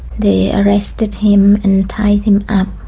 they arrested him and tied him up.